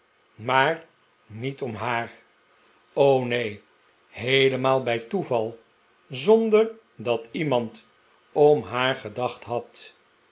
maar niet om haar o neen heelemaal bij toeval zonder dat iemand om haar gedacht had